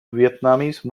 vietnamese